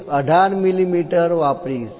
18 મીમી વાપરીશું